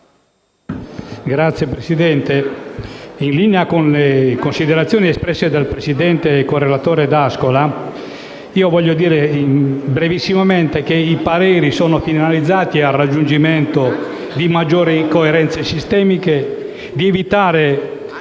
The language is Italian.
Signor Presidente, in linea con le considerazioni espresse dal presidente relatore D'Ascola, vorrei brevissimamente dire che i pareri sono finalizzati al raggiungimento di maggiori coerenze sistemiche, ad evitare